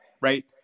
right